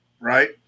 right